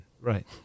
Right